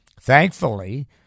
Thankfully